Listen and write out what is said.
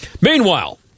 Meanwhile